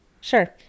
Sure